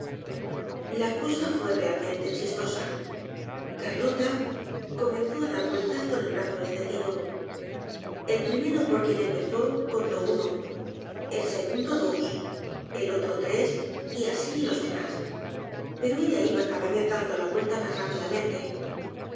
la cosa fue realmente chistosa carlota comenzó á dar vueltas con el brazo estendido el primero por quien empezó contó uno el segundo dos el otro tres y asi los demás pero ella iba cada vez dando la vuelta mas